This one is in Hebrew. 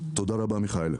תודה רבה, מיכאל.